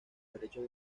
derechos